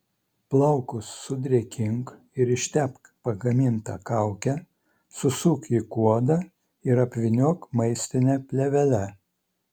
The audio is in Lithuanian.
plaukus sudrėkink ir ištepk pagaminta kauke susuk į kuodą ir apvyniok maistine plėvele